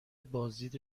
بازدید